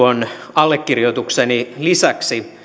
allekirjoitukseni lisäksi